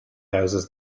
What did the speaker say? houses